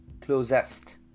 Closest